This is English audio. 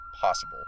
possible